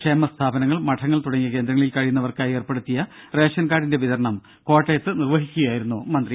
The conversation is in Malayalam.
ക്ഷേമ സ്ഥാപനങ്ങൾ മഠങ്ങൾ തുടങ്ങിയ കേന്ദ്രങ്ങളിൽ കഴിയുന്ന വർക്കായി ഏർപ്പെടുത്തിയ റേഷൻ കാർഡിന്റെ വിതരണം കോട്ടയത്ത് നിർവഹിക്കുകയായിരുന്നു മന്ത്രി